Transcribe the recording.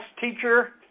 teacher